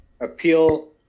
appeal